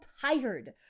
tired